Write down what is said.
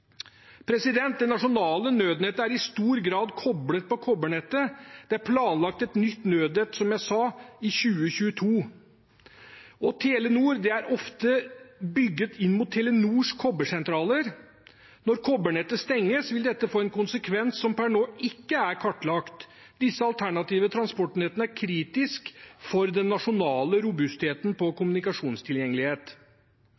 nasjonale nødnettet er i stor grad koblet på kobbernettet. Det er planlagt et nytt nødnett, som jeg sa, i 2022. Telenor er ofte bygd inn mot Telenors kobbersentraler. Når kobbernettet stenges, vil dette få en konsekvens som per nå ikke er kartlagt. Disse alternative transportnettene er kritisk for den nasjonale robustheten